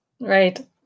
Right